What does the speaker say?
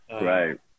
Right